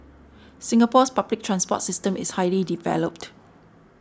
Singapore's public transport system is highly developed